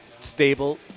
stable